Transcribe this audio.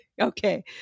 Okay